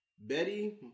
Betty